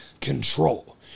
control